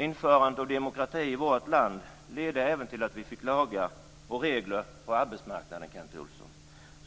Införandet av demokrati i vårt land ledde även till att vi fick lagar och regler på arbetsmarknaden, Kent Olsson,